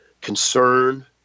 concern